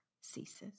ceases